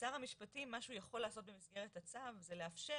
שר המשפטים מה שהוא יכול לעשות במסגרת הצו הוא לאפשר